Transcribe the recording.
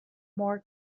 more